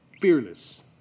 Fearless